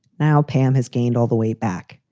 now pam has gained all the way back.